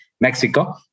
Mexico